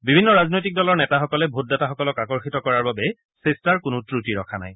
বিভিন্ন ৰাজনৈতিক দলৰ নেতাসকলে ভোটদাতাসকলক আকৰ্ষিত কৰাৰ বাবে চেষ্টাৰ কোনো ক্ৰটি ৰখা নাই